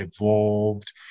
evolved